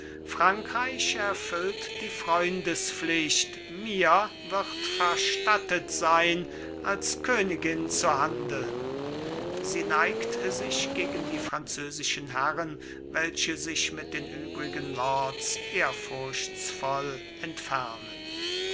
frankreich erfüllt die freundespflicht mir wird verstattet sein als königin zu handeln sie neigt sich gegen die französischen herren welche sich mit den übrigen lords ehrfurchtsvoll entfernen